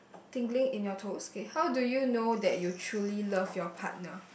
tingling in your toes okay how do you know that you truly know your partner